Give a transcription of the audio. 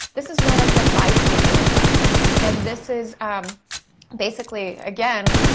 this is known as the bystander effect and this is basically, again,